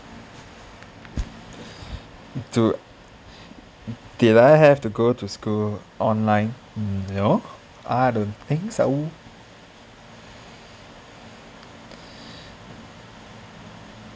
do did I have to go to school online no I don't think so